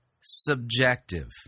subjective